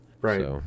right